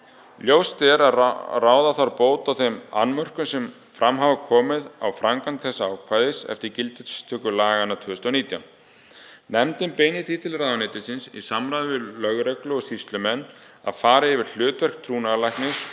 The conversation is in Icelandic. Ljóst er að ráða þarf bót á þeim annmörkum sem fram hafa komið á framkvæmd þessa ákvæðis eftir gildistöku laganna 2019. Nefndin beinir því til ráðuneytisins, í samráði við lögreglu og sýslumenn, að fara yfir hlutverk trúnaðarlæknis